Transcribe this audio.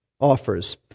offers